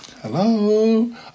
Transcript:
Hello